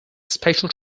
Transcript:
special